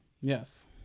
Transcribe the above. Yes